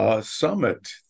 Summit